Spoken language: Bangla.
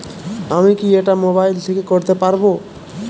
আমি কি এটা মোবাইল থেকে করতে পারবো?